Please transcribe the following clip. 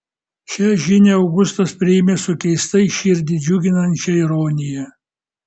šią žinią augustas priėmė su keistai širdį džiuginančia ironija